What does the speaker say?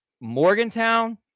Morgantown